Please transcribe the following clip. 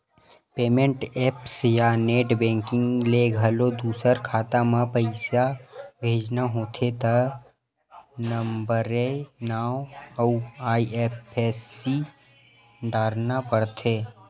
payment apps या net banking ले घलो दूसर खाता म पइसा भेजना होथे त नंबरए नांव अउ आई.एफ.एस.सी डारना परथे